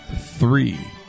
three